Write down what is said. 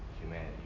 humanity